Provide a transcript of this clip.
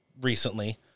recently